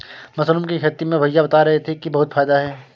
mushroom की खेती में भैया बता रहे थे कि बहुत फायदा है